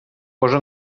posa